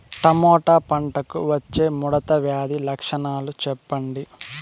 Tomato పంటకు వచ్చే ముడత వ్యాధి లక్షణాలు చెప్పండి?